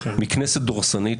מכנסת דורסנית,